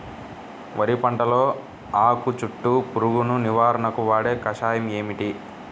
వరి పంటలో ఆకు చుట్టూ పురుగును నివారణకు వాడే కషాయం ఏమిటి?